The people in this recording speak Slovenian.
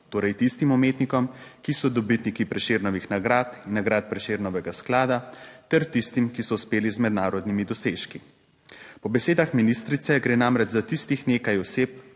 torej tistim umetnikom, ki so dobitniki Prešernovih nagrad in nagrad Prešernovega sklada ter tistim, ki so uspeli z mednarodnimi dosežki. Po besedah ministrice gre namreč za tistih nekaj oseb,